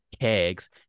kegs